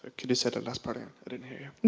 could you say that last part? i ah i didn't hear